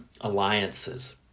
alliances